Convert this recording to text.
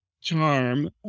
charm